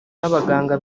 n’abaganga